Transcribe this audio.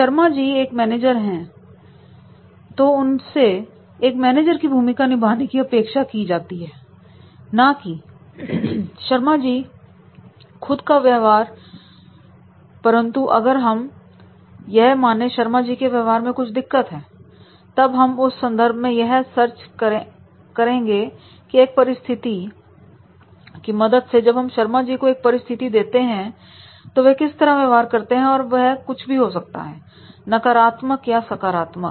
शर्मा जी एक मैनेजर हैं तो उनसे एक मैनेजर की भूमिका निभाने की अपेक्षा की जाती है ना की शर्मा जी कि खुद का व्यवहार परंतु अगर हम यह माने शर्मा जी के व्यवहार में कुछ दिक्कत है तब हम उस संदर्भ में यह देखेंगे एक परिस्थिति की मदद से जब हम शर्मा जी को एक परिस्थिति देते हैं तो वह किस तरह व्यवहार करते हैं वह कुछ भी हो सकता है नकारात्मक या सकारात्मक